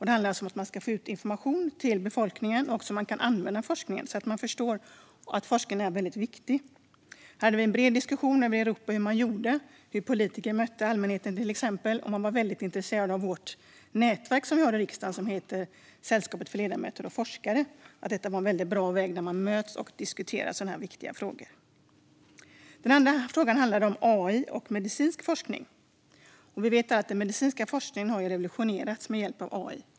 Det handlar om att få ut information till befolkningen så att man kan använda forskningen och förstår att forskningen är väldigt viktig. Vi hade en bred diskussion om hur man gör i Europa och hur till exempel politiker möter allmänheten. Man var väldigt intresserad av vårt nätverk här i riksdagen, Sällskapet riksdagsledamöter och forskare. Det är ett väldigt bra sätt att mötas och diskutera sådana viktiga frågor. Det andra seminariet handlade om AI och medicinsk forskning. Vi vet att den medicinska forskningen har revolutionerats med hjälp av AI.